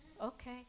Okay